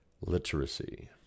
Literacy